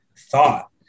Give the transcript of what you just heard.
thought